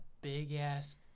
big-ass